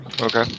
Okay